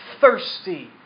thirsty